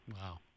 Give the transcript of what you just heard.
Wow